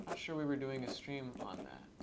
sure we were doing a stream on that.